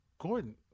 Gordon